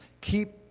Keep